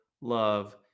love